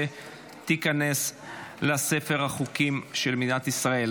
ותיכנס לספר החוקים של מדינת ישראל.